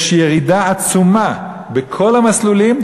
יש ירידה עצומה בכל המסלולים,